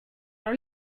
are